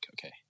okay